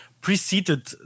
preceded